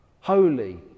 Holy